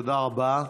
תודה רבה.